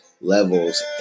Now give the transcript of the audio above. levels